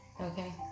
Okay